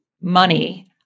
money